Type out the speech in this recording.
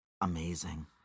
Amazing